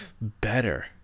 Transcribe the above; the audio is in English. better